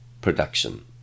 production